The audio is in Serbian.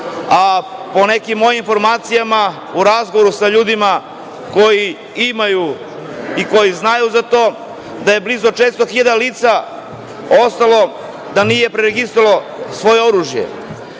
a prema nekim mojim informacijama u razgovoru sa ljudima koji imaju i koji znaju za to, da je blizu 400 hiljada lica ostalo, da nisu preregistrovali svoje oružje. Iz